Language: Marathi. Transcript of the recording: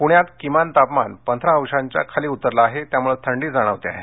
पूण्यात किमान तापमान पंधरा अंशांच्या खाली उतरलं आहे त्यामुळं थंडी जाणवते आहे